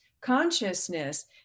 consciousness